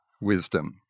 wisdom